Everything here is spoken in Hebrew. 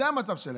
זה המצב שלהן.